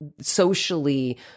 socially